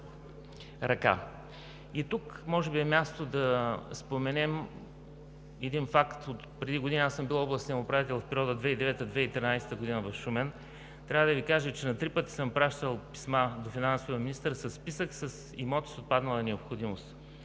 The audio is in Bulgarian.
Тук може би е мястото да споменем един факт отпреди години. Бил съм областен управител в периода 2009 – 2013 г. в Шумен. Трябва да Ви кажа, че на три пъти съм пращал писма до финансовия министър със списък с имоти с отпаднала необходимост,